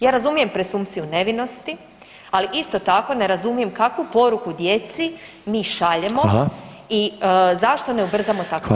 Ja razumijem presumkciju nevinosti, ali isto tako ne razumijem kakvu poruku djeci mi šaljemo i zašto ne ubrzamo takve postupke.